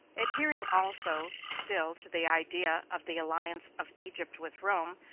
adhering also, still, to the idea of the alliance of egypt with rome,